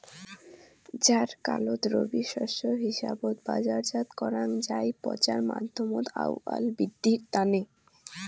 জ্বারকালত রবি শস্য হিসাবত বাজারজাত করাং যাই পচার মাধ্যমত আউয়াল বিদ্ধির তানে